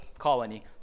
colony